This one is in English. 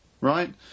right